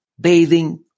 bathing